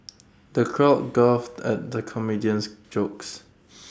the crowd guffawed at the comedian's jokes